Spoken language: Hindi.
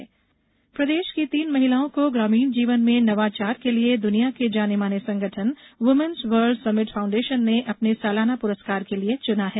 महिला पुरस्कार प्रदेश की तीन महिलाओं को ग्रामीण जीवन में नवाचार के लिये दुनिया के जानेमाने संगठन व्रमेन्स वर्ल्ड समिट फाउण्डेसन ने अपने सालाना पुरस्कार के लिये चुना है